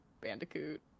Bandicoot